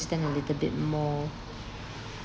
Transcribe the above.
a little bit more